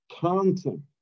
Counting